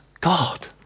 God